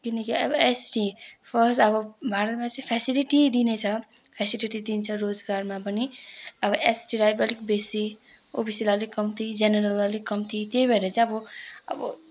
किनकि अब ST first अब भारतमा चाहिँ फ्यासिलिटी दिने छ फ्यासिलिटी दिन्छ रोजगारमा पनि अब एसटीलाई अलिक बेसी ओबिसीलाई अलिक कम्ती जेनेरललाई अलिक कम्ती त्यही भएर चाहिँ अब अब